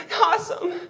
Awesome